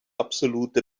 absolute